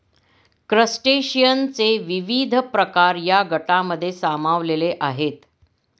क्रस्टेशियनचे विविध प्रकार या गटांमध्ये सामावलेले आहेत